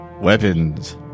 Weapons